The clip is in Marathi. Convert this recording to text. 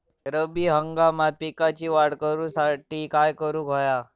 रब्बी हंगामात पिकांची वाढ करूसाठी काय करून हव्या?